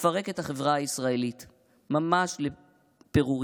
ותפרק את החברה הישראלית ממש לפירורים.